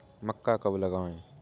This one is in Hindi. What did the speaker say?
मक्का कब लगाएँ?